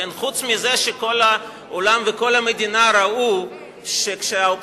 חוץ מזה שכל העולם וכל המדינה ראו שכשהאופוזיציה